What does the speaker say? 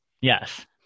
Yes